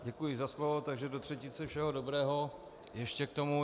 Děkuji za slovo, takže do třetice všeho dobrého ještě k tomu.